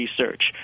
research